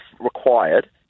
required